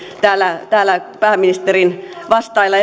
täällä täällä pääministerin vastailla